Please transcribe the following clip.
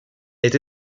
été